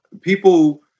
people